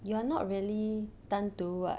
you are not really 单独 [what]